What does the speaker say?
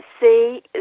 see